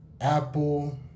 Apple